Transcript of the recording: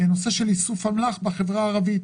נושא של איסוף אמל"ח בחברה הערבית.